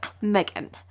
megan